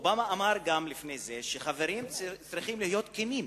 אובמה גם אמר לפני זה שחברים צריכים להיות כנים,